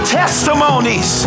testimonies